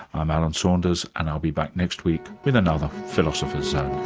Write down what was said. i'm alan saunders, and i'll be back next week with another philosopher's zone